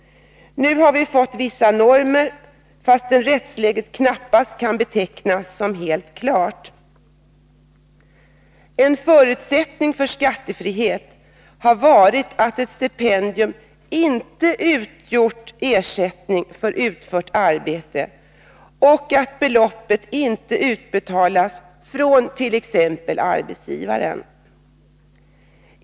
Nu har vi fått vissa normer, fastän rättsläget knappast kan betecknas som helt klart. En förutsättning för skattefrihet har varit att ett stipendium inte utgjort ersättning för utfört arbete och att beloppet inte utbetalats av t.ex. arbetsgivaren.